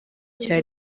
cya